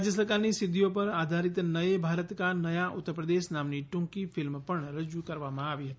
રાજ્ય સરકારની સિદ્ધિઓ પર આધારિત નયે ભારત કા નયા ઉત્તર પ્રદેશ નામની ટૂંકી ફિલ્મ પણ રજૂ કરવામાં આવી હતી